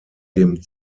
dem